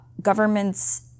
governments